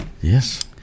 Yes